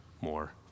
more